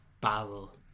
Basel